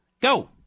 go